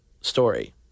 story